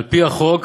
על-פי החוק,